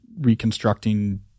reconstructing